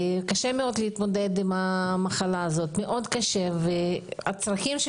קשה מאוד להתמודד עם המחלה הזאת והצרכים של